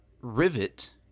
Rivet